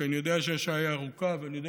כי אני יודע שהשעה היא מאוחרת ואני יודע